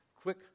quick